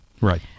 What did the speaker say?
Right